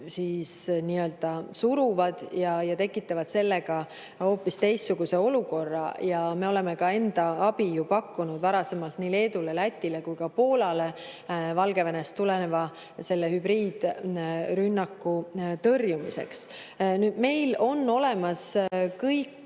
üle piiri ja tekitavad sellega hoopis teistsuguse olukorra. Me oleme ka enda abi pakkunud varasemalt nii Leedule, Lätile kui ka Poolale Valgevenest tuleneva hübriidrünnaku tõrjumiseks. Meil on olemas kõik